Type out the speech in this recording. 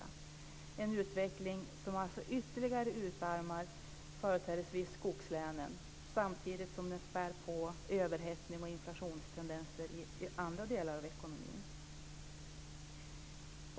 Det är en utveckling som alltså ytterligare utarmar företrädesvis skogslänen samtidigt som den spär på överhettning och inflationstendenser i andra delar av ekonomin.